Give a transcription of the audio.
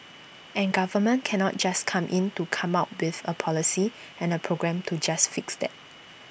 and government can not just come in to come up with A policy and A program to just fix that